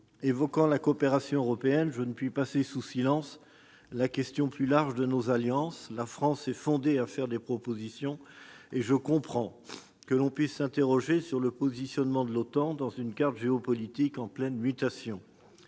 Évoquant la coopération européenne, je ne puis passer sous silence la question plus large de nos alliances. La France est fondée à faire des propositions, et je comprends que l'on puisse s'interroger sur le positionnement de l'OTAN eu égard à une carte géopolitique en pleine mutation.